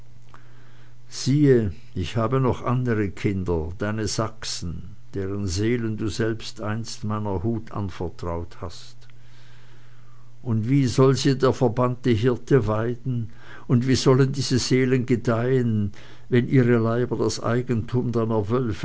siehe ich habe noch andere kinder deine sachsen deren seelen du selbst einst meiner hut anvertraut hast aber wie soll sie der verbannte hirte weiden und wie sollen diese seelen gedeihen wenn ihre leiber das eigentum